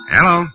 Hello